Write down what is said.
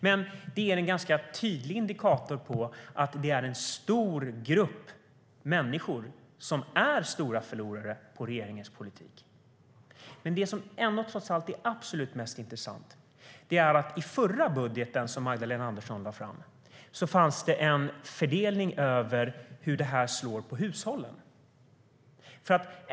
Men det är en ganska tydlig indikator på att det är en stor grupp människor som är stora förlorare på regeringens politik. Men det som trots allt är absolut mest intressant är att det i den förra budgeten som Magdalena Andersson lade fram fanns en fördelning över hur detta slår på hushållen.